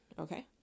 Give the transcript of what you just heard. okay